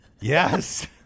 Yes